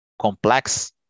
complex